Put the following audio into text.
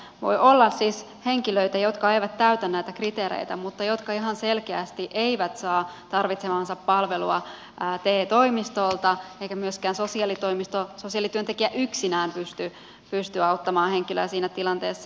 voi olla siis henkilöitä jotka eivät täytä näitä kriteereitä mutta jotka ihan selkeästi eivät saa tarvitsemaansa palvelua te toimistolta ja joita myöskään sosiaalityöntekijä yksinään ei pysty auttamaan siinä tilanteessa